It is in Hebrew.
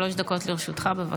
שלוש דקות, לרשותך.